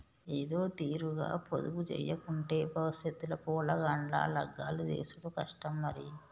ఏదోతీరుగ పొదుపుజేయకుంటే బవుసెత్ ల పొలగాండ్ల లగ్గాలు జేసుడు కష్టం మరి